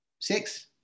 Six